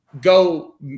go